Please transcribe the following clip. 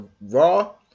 Raw